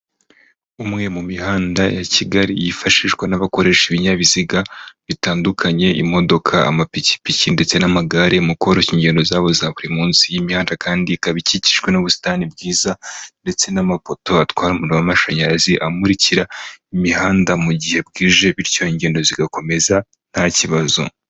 Umwe mu mihanda ya Kigali yifashishwa n'abakoresha ibinyabiziga bitandukanye imodoka, amapikipiki ndetse n'amagare mu koroshya ingendo zabo za buri munsi, iyi mihanda kandi ikaba ikikijwe n'ubusitani bwiza ndetse n'amapoto atwara umuriro w'amashanyarazi amurikira imihanda mu gihe bwije bityo ingendo zigakomeza nta kibazo.